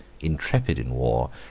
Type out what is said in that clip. intrepid in war,